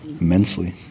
immensely